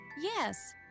Yes